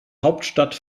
hauptstadt